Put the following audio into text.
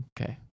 okay